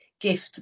gift